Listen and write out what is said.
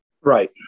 Right